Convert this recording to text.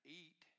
eat